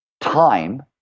time